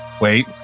wait